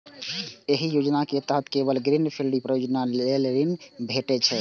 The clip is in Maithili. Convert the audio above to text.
एहि योजना के तहत केवल ग्रीन फील्ड परियोजना लेल ऋण भेटै छै